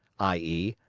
i e,